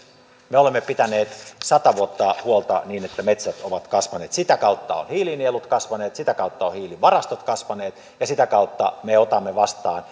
me olemme pitäneet sata vuotta huolta siitä että metsät ovat kasvaneet sitä kautta ovat hiilinielut kasvaneet sitä kautta ovat hiilivarastot kasvaneet ja sitä kautta me otamme vastaan